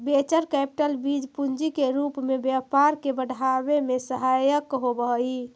venture capital बीज पूंजी के रूप में व्यापार के बढ़ावे में सहायक होवऽ हई